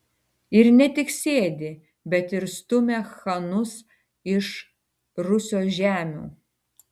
ir ne tik sėdi bet ir stumia chanus iš rusios žemių